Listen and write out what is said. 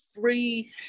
free